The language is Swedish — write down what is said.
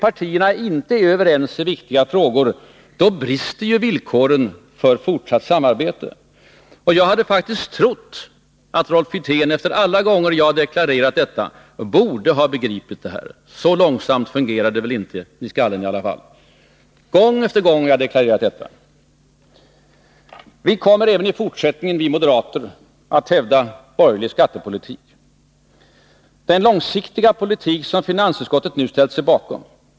Annars brister villkoren för fortsatt samarbete. Jag tycker faktiskt att Rolf Wirtén efter alla gånger jag har deklarerat detta borde ha begripit det. Så långsamt fungerar det väl inte i hans skalle. Vi moderater kommer även i fortsättningen att hävda borgerlig skattepolitik, den långsiktiga politik som finansutskottet nu ställt sig bakom.